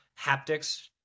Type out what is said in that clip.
haptics